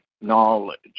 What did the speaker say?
knowledge